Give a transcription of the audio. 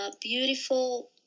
beautiful